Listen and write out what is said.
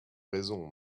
raison